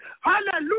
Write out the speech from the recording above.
Hallelujah